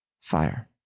fire